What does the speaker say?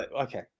Okay